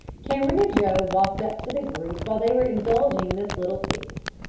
cameron and joe walked up to the group while they were indulging in this little feast.